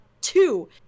two